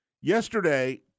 Yesterday